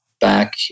back